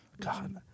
God